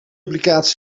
applicatie